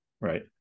right